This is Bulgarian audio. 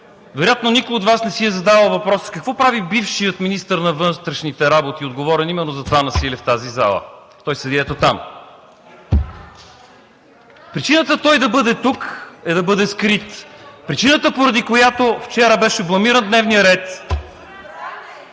Вероятно никой от Вас не си е задавал въпроса какво прави бившият министър на вътрешните работи, отговорен именно за това насилие, в тази зала? Той седи ето там. Причината той да бъде тук е да бъде скрит. Причината, поради която вчера беше бламиран дневният ред